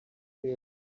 here